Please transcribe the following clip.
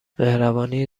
مهربانی